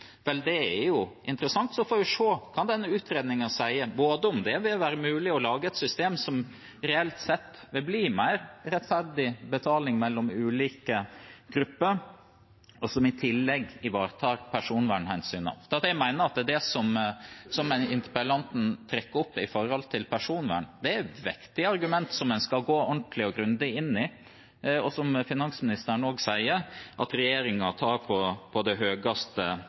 er interessant, og så får vi se hva denne utredningen sier om hvorvidt det vil være mulig å lage et system som reelt sett vil gi mer rettferdig betaling mellom ulike grupper, og som i tillegg ivaretar personvernhensynet. Jeg mener at det interpellanten trekker opp om personvern, er et vektig argument som en skal gå ordentlig og grundig inn i, og som også finansministeren sier at regjeringen tar på det